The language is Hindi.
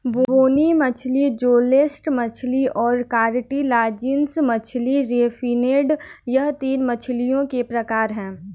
बोनी मछली जौलेस मछली और कार्टिलाजिनस मछली रे फिनेड यह तीन मछलियों के प्रकार है